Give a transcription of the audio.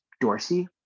Dorsey